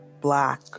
black